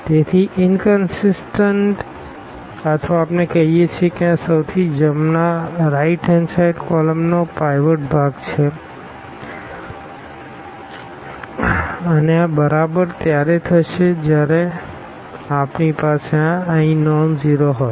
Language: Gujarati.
તેથી ઇનકનસીસટન્ટ અથવા આપણે કહીએ છીએ કે આ સૌથી જમણા કોલમનો પાઈવોટ ભાગ છે અને આ બરાબર ત્યારે થશે જ્યારે આપણી પાસે આ અહીં નોનઝીરો હોય